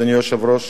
אדוני היושב-ראש,